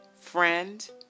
friend